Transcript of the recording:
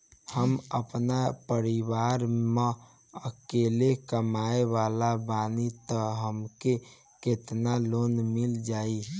हम आपन परिवार म अकेले कमाए वाला बानीं त हमके केतना लोन मिल जाई?